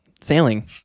sailing